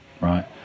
right